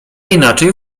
inaczej